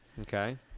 Okay